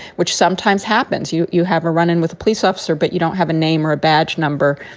which sometimes happens, you you have a run in with a police officer, but you don't have a name or a badge number.